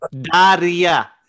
Daria